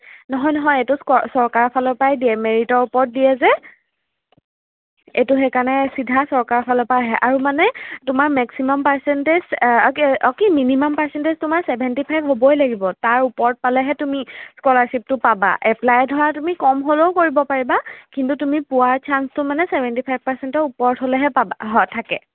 নহয় নহয় এইটো ক চৰকাৰৰ ফালৰ পৰাই দিয়ে মেৰিটৰ ওপৰত দিয়ে যে এইটো সেইকাৰণে চিধা চৰকাৰৰ ফালৰ পৰা আহে আৰু মানে তোমাৰ মেক্সিমাম পাৰচেণ্টেজ কি অঁ কি মিনিমাম পাৰচেণ্টেজ তোমাৰ চেভেনটি ফাইভ হ'বই লাগিব তাৰ ওপৰত পালেহে তুমি স্কলাৰশ্বিপটো পাবা এপ্লাই ধৰা তুমি কম হ'লেও কৰিব পাৰিবা কিন্তু তুমি পোৱাৰ চাঞ্চটো মানে চেভেণ্টি ফাইভ পাৰচেণ্টৰ ওপৰত হ'লেহে পাবা হয় থাকে